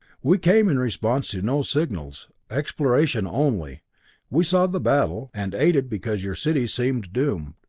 we came in response to no signals exploration only we saw the battle and aided because your city seemed doomed,